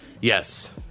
Yes